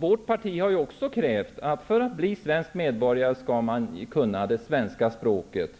Vårt parti har krävt att man för att bli svensk medborgare skall kunna det svenska språket.